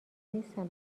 نیستن